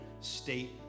state